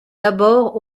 d’abord